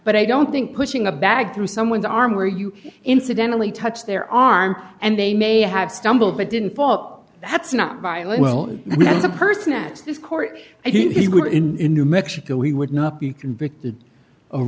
but i don't think pushing a bag through someone's arm where you incidentally touch their arm and they may have stumbled but didn't fall that's not violent well this is a person that is court he would in new mexico he would not be convicted